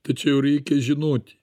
tačiau reikia žinoti